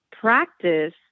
practice